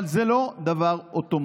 אבל זה לא דבר אוטומטי.